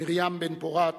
מרים בן-פורת,